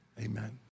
amen